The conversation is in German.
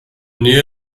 nähe